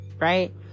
right